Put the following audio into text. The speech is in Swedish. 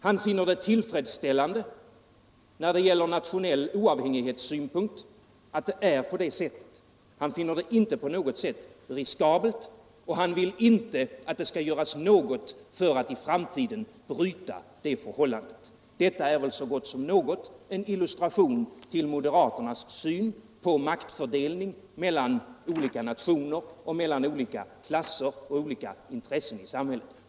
Han finner det inte på något sätt riskabelt ur nationell oavhängighetssynpunkt och han vill inte att det skall göras något för att i framtiden bryta det förhållandet. Detta är väl så gott som något en illustration till moderaternas syn på maktfördelning mellan olika nationer och mellan olika klasser och olika intressen i samhället.